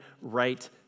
right